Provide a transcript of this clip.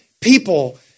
people